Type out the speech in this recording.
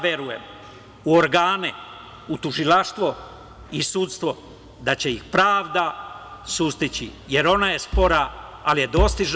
Verujem u organe, u tužilaštvo i sudstvo da će ih pravda sustići, jer ona je spora, ali je dostižna.